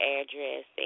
address